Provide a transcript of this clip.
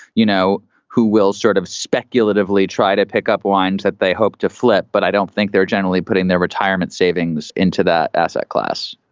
you know, who will sort of speculatively try to pick up wines that they hope to flip. but i don't think they're generally putting their retirement savings into that asset class.